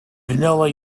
vanilla